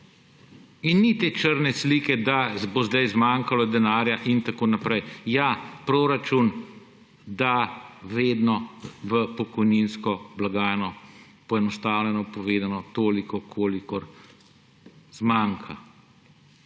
In ni te črne slike, da bo zdaj zmanjkalo denarja in tako naprej. Ja, proračun, da vedno v pokojninsko blagajno, poenostavljeno povedano, toliko, kolikor zmanjka.